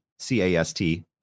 c-a-s-t